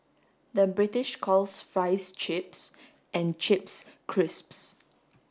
the British calls fries chips and chips crisps